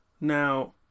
Now